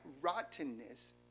rottenness